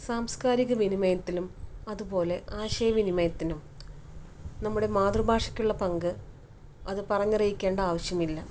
സാംസകാരിക വിനിമയത്തിനും അതുപോലെ ആശയ വിനിമയത്തിനും നമ്മുടെ മാതൃഭാഷക്കുള്ള പങ്ക് അത് പറഞ്ഞ് അറിയിക്കേണ്ട ആവശ്യമില്ല